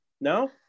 No